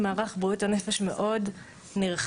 מערך בריאות נפש מאוד נרחב.